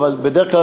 אבל בדרך כלל,